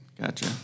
Gotcha